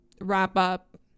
wrap-up